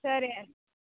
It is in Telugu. సరే అండి